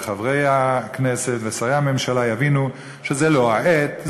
וחברי הכנסת ושרי הממשלה יבינו שזו לא העת,